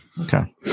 Okay